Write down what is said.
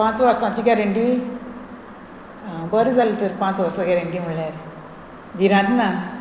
पांच वर्साची गॅरंटी आं बरें जालें तर पांच वर्सा गॅरंटी म्हळ्यार भिरांत ना